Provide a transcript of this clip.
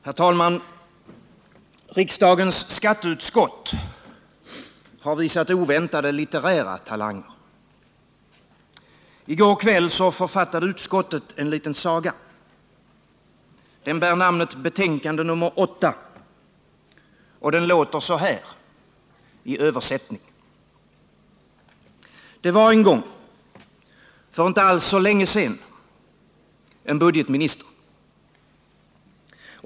Herr talman! Riksdagens skatteutskott har visat oväntade litterära talanger. I går författade utskottet en liten saga. Den bär namnet betänkande nr 8. Den låter så här — i översättning. Det var en gång — för inte alls så länge sedan —-en budgetminister.